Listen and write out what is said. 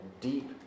deep